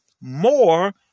more